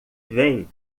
vem